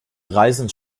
reisen